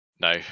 No